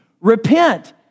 Repent